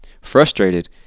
Frustrated